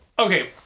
Okay